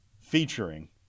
featuring